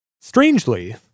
Strangely